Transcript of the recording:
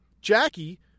Jackie